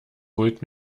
holt